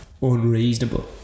unreasonable